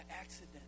accident